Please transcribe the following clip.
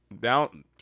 down